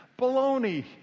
Baloney